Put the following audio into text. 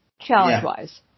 challenge-wise